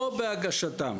או בהגשתם".